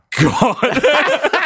God